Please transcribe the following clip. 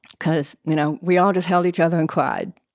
cause you know. we all just held each other and cried.